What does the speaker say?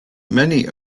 many